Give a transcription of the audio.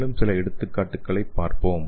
மேலும் சில எடுத்துக்காட்டுகளைப் பார்ப்போம்